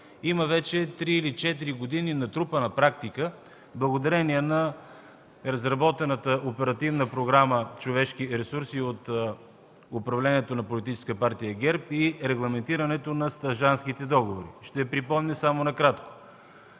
Има вече три или четири години натрупана практика, благодарение на разработената Оперативна програма „Човешки ресурси” от управлението на политическа партия ГЕРБ и регламентирането на стажантските договори. Ще припомня само накратко.